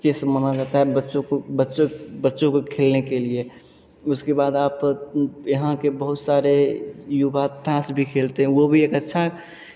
chess माना जाता है बच्चों को बच्चों बच्चों को खेलने के लिए उसके बाद आप यहाँ के बहुत सारे युवा ताश भी खेलते हैं वो भी एक अच्छा